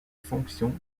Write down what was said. fonctions